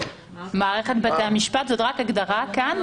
"מערכת בתי המשפט" זאת רק הגדרה כאן,